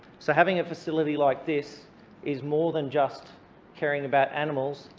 so having a facility like this is more than just caring about animals.